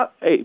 Hey